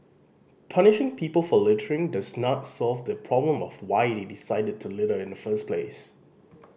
punishing people for littering does not solve the problem of why they decided to litter in the first place